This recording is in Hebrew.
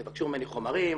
תבקשו ממני חומרים,